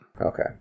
Okay